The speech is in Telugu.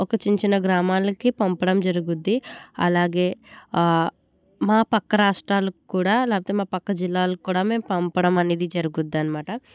ఒక చిన్న చిన్న గ్రామాలకు పంపడం జరుగుద్ది అలాగే ఆ మా పక్క రాష్ట్రాలకు కూడా లేకపోతే మా పక్క జిల్లాలకు కూడా మేము పంపడం అనేది జరుగుద్ది అన్నమాట